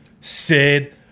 Sid